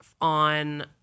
on